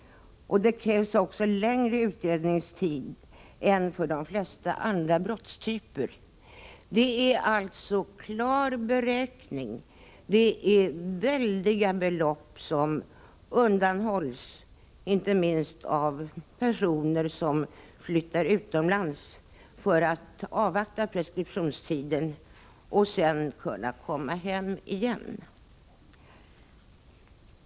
Vidare krävs det längre utredningstid för skattebrott än för de flesta andra brottstyper. Det handlar här om klar beräkning. Det är väldiga belopp som undanhålls, inte minst av personer som flyttar utomlands för att avvakta preskriptionstidens utgång och sedan kan komma hem igen.